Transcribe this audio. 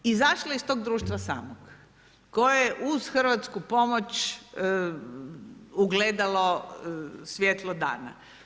Izašlo je iz tog društva samog koje je uz hrvatsku pomoć ugledalo svjetlo dana.